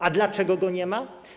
A dlaczego go nie ma?